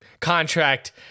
contract